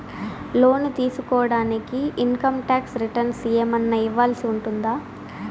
లోను తీసుకోడానికి income tax returns ఏమన్నా ఇవ్వాల్సి ఉంటుందా